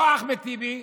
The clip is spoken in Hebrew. לא אחמד טיבי,